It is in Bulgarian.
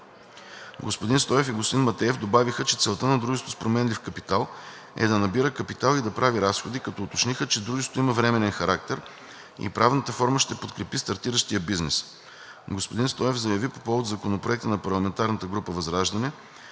Господин Стоев и господин Матеев добавиха, че целта на дружеството с променлив капитал е да набира капитал и да прави разходи, като уточниха, че дружеството има временен характер и правната форма ще подкрепи стартиращия бизнес. Господин Стоев заяви по повод Законопроекта на парламентарната група на